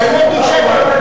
האמת היא שקר.